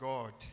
God